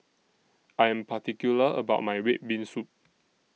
I Am particular about My Red Bean Soup